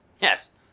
yes